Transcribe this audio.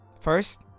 first